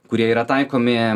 kurie yra taikomi